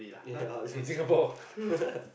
yeah